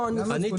אני